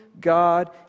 God